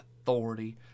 authority